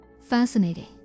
Fascinating